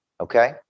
Okay